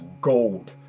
gold